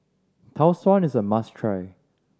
Tau Suan is a must try